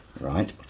Right